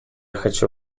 хочу